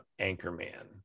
Anchorman